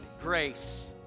grace